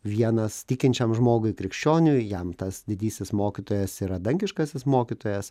vienas tikinčiam žmogui krikščioniui jam tas didysis mokytojas yra dangiškasis mokytojas